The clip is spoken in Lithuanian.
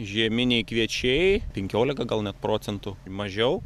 žieminiai kviečiai penkiolika gal net procentų mažiau